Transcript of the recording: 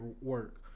work